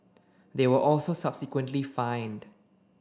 they were also subsequently fined